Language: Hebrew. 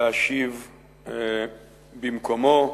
להשיב במקומו.